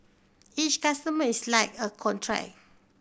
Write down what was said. each customer is like a contract